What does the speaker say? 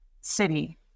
city